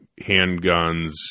handguns